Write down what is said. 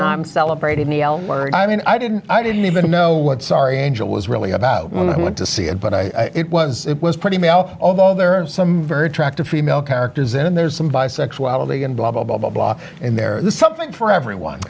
i'm celebrated i mean i didn't i didn't even know what sorry angel was really about when i went to see it but i it was it was pretty male although there are some very attractive female characters in and there's some bisexuality and blah blah blah blah blah and there's something for everyone